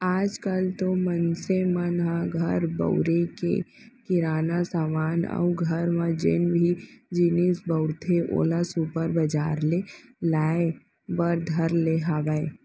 आज काल तो मनसे मन ह घर बउरे के किराना समान अउ घर म जेन भी जिनिस बउरथे ओला सुपर बजार ले लाय बर धर ले हावय